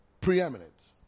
preeminent